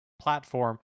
platform